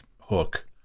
hook